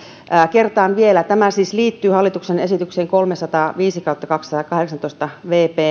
kertaan vielä tämä siis liittyy hallituksen esitykseen kolmesataaviisi kautta kaksituhattakahdeksantoista vp